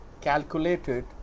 calculated